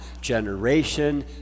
generation